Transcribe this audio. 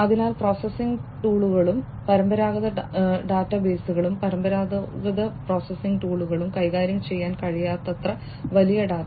അതിനാൽ പ്രോസസ്സിംഗ് ടൂളുകളും പരമ്പരാഗത ഡാറ്റാബേസുകളും പരമ്പരാഗത പ്രോസസ്സിംഗ് ടൂളുകളും കൈകാര്യം ചെയ്യാൻ കഴിയാത്തത്ര വലിയ ഡാറ്റ